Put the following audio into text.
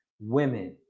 women